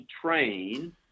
train